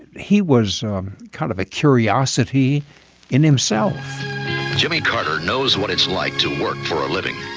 he was kind of a curiosity in himself jimmy carter knows what it's like to work for a living.